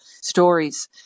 stories